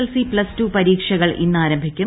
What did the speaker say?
L ്സ്ഗി plus two പരീക്ഷകൾ ഇന്ന് ന് ആരംഭിക്കും